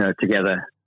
together